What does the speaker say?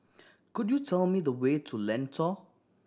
could you tell me the way to Lentor